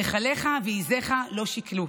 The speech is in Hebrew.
רחליך ועזיך לא שכלו".